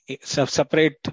separate